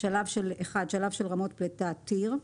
שלב של רמות פליטה (Tier).